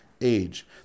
age